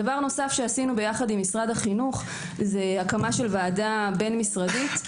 דבר נוסף שעשינו עם משרד החינוך הקמת ועדה בין משרדית,